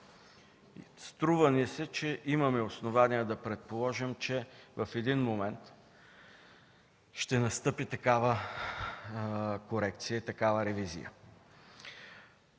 Струва ни се, че имаме основание да предположим, че в един момент ще настъпи такава корекция и ревизия.